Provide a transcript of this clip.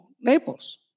Naples